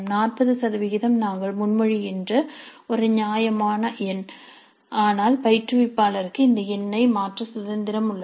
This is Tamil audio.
40 சதவிகிதம் நாங்கள் முன்மொழிகின்ற ஒரு நியாயமான எண் ஆனால் பயிற்றுவிப்பாளருக்கு இந்த எண்ணை மாற்ற சுதந்திரம் உள்ளது